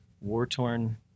war-torn